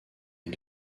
est